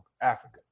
Africa